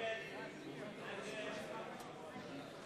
ההסתייגות